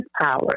power